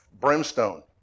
brimstone